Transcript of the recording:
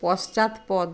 পশ্চাৎপদ